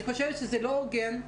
אני חושבת שזה לא הוגן,